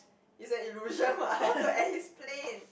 is an illusion but how to explain